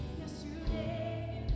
yesterday